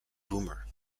boomer